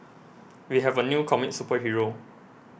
we have a new comic superhero